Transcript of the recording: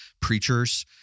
preachers